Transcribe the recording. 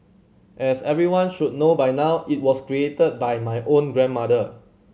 as everyone should know by now it was created by my own grandmother